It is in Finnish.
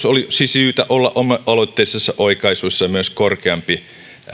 olisi syytä olla oma aloitteisissa oikaisuissa myös korkeampi